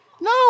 No